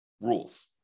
rules